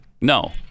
No